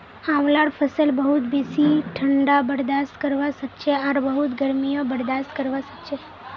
आंवलार फसल बहुत बेसी ठंडा बर्दाश्त करवा सखछे आर बहुत गर्मीयों बर्दाश्त करवा सखछे